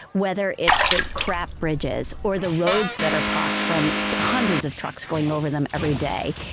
whether it's the crap bridges or the roads that are pocked from hundreds of trucks going over them every day,